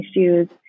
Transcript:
issues